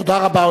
תודה רבה.